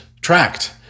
tracked